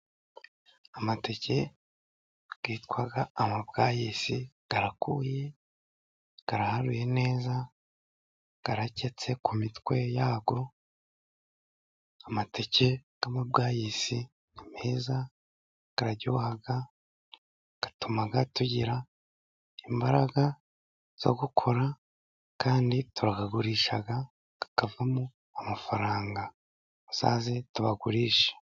Amateke yitwa amabwayisi arakuye araharuye neza, aketse ku mitwe yayo, amateke yitwa bwayisi ni meza araryoha atuma tugira imbaraga zo gukora, kandi turayagurisha akavamo amafaranga muzaze tubagurishe.